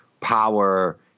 power